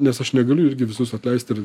nes aš negaliu irgi visus atleisti ir